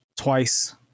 twice